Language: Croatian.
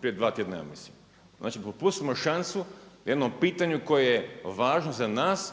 prije dva tjedna mislim, znači propustimo šansu o jednom pitanju koje je važno za nas